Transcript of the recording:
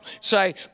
say